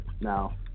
Now